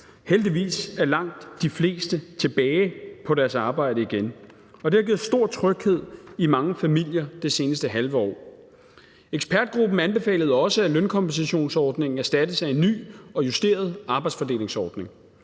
Heldigvis er langt de fleste tilbage på deres arbejde igen, og det har givet stor tryghed i mange familier det seneste halve år. Ekspertgruppen anbefalede også, at lønkompensationsordningen erstattes af en ny og justeret arbejdsfordelingsordning.